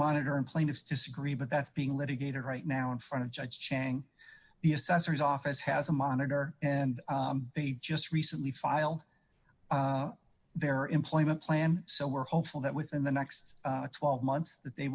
monitor and plaintiffs disagree but that's being litigated right now in front of judge chang the assessor's office has a monitor and they just recently file their employment plan so we're hopeful that within the next twelve months that they